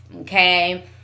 Okay